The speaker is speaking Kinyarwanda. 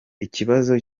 ikibazo